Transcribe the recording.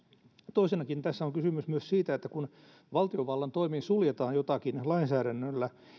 toisena tässä on kysymys myös siitä että kun valtiovallan toimin suljetaan jotakin lainsäädännöllä